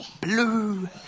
Blue